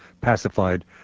pacified